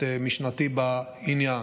את משנתי בעניין,